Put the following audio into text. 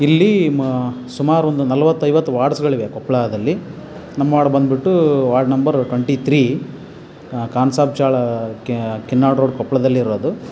ಇಲ್ಲಿ ಮ ಸುಮಾರು ಒಂದು ನಲ್ವತ್ತು ಐವತ್ತು ವಾರ್ಡ್ಸ್ಗಳಿವೆ ಕೊಪ್ಪಳದಲ್ಲಿ ನಮ್ಮ ವಾರ್ಡ್ ಬಂದ್ಬಿಟ್ಟು ward number twenty three Khansab Chalukya Kinnal road ಕೊಪ್ಪಳದಲ್ಲಿರೋದು